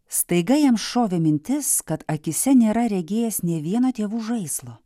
staiga jam šovė mintis kad akyse nėra regėjęs nė vieno tėvų žaislo